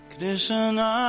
Krishna